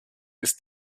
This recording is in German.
ist